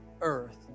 earth